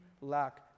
lack